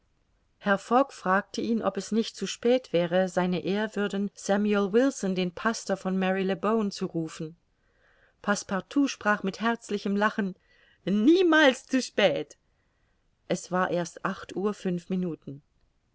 fragte ihn ob es nicht zu spät wäre se ehrwürden samuel wilson den pastor von mary le bone zu rufen passepartout sprach mit herzlichem lachen niemals zu spät es war erst acht uhr fünf minuten